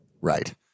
Right